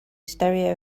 stereo